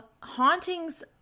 hauntings